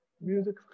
Music